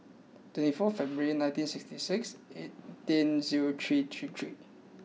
twenty four February nineteen sixty six eighteen zero three thirty three